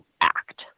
act